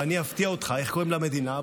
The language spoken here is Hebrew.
ואני אפתיע אותך: איך קוראים למדינה?